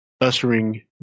ushering